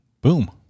Boom